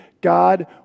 God